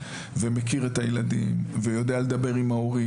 ומכיר את הילדים ויודע לדבר עם ההורים.